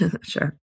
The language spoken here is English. Sure